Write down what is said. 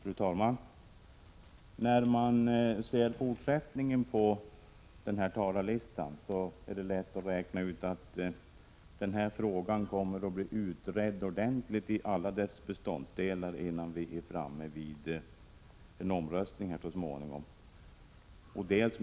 Fru talman! När man ser fortsättningen på talarlistan är det lätt att räkna ut att denna fråga kommer att bli ordentligt utredd i alla sina beståndsdelar, innan vi så småningom kommer fram till en omröstning.